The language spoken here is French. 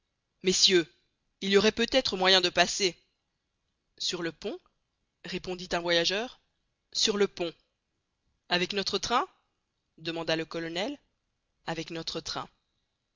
messieurs il y aurait peut-être moyen de passer sur le pont répondit un voyageur sur le pont avec notre train demanda le colonel avec notre train